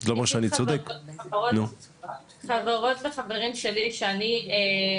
מעבר לזה זה גם הרבה פעמים סימפטום והעניין של אחרי שאנחנו מאתרים